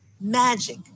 magic